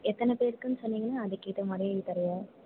எத்தனை பேருக்குன்னு சொன்னீங்கன்னால் அதுக்கேற்ற மாதிரி தருவோம்